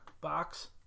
box